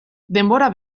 denbora